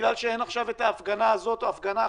בגלל שאין עכשיו הפגנה כזאת או הפגנה אחרת,